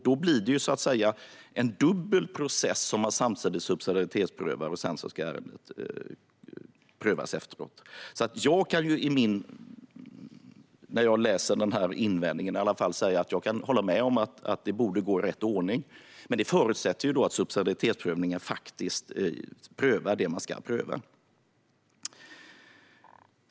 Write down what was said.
Det blir så att säga en dubbel process om man prövar ärendet samtidigt som man subsidiaritetsprövar, och efteråt ska ärendet prövas. När jag läser den invändningen kan jag hålla med om att det borde gå i rätt ordning. Men det förutsätter ju att subsidiaritetsprövningen prövar det som ska prövas.